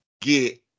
get